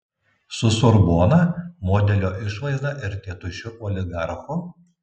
su sorbona modelio išvaizda ir tėtušiu oligarchu